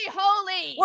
holy